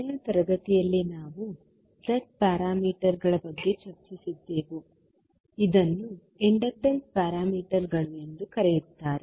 ಕೊನೆಯ ತರಗತಿಯಲ್ಲಿ ನಾವು Z ಪ್ಯಾರಾಮೀಟರ್ಗಳ ಬಗ್ಗೆ ಚರ್ಚಿಸುತ್ತಿದ್ದೆವು ಇದನ್ನು ಇಂಪೆಡಾನ್ಸ ಪ್ಯಾರಾಮೀಟರ್ಗಳು ಎಂದೂ ಕರೆಯುತ್ತಾರೆ